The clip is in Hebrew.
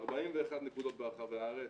41 נקודות ברחבי הארץ,